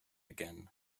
again